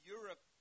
Europe